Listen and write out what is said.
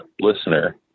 listener